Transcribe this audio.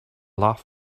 laugh